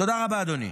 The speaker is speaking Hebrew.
תודה רבה, אדוני.